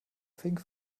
fink